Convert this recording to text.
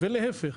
ולהפך.